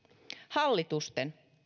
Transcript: hallitusten